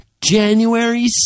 January